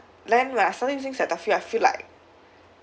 then when I started using Cetaphil I feel like